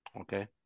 okay